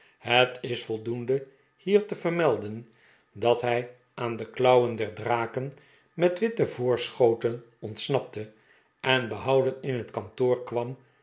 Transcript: het is voldoende hier te vermelden dat hij aan de klauwen der draken met witte voorschoten ontsnapte en behouden in het kantoor kwam